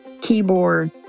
keyboard